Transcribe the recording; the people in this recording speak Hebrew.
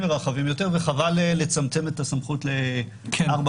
ורחבים יותר וחבל לצמצם את הסמכות ל-4ב1.